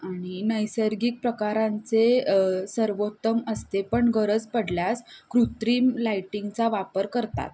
आणि नैसर्गिक प्रकारांचे सर्वोत्तम असते पण गरज पडल्यास कृत्रीम लाईटिंगचा वापर करतात